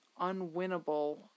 unwinnable